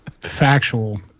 factual